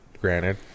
granted